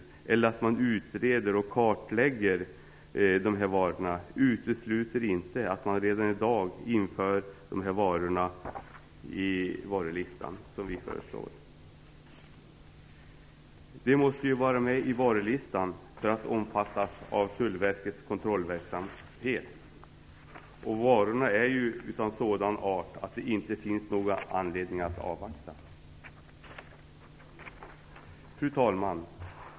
Utskottet säger också att utredning och kartläggning av dessa varor pågår. Detta utesluter inte att man redan i dag för in dessa varor i varulistan, som Miljöpartiet föreslår. De måste vara med i varulistan för att omfattas av Tullverkets kontrollverksamhet. Varorna är av sådan art att det inte finns någon anledning att avvakta. Fru talman!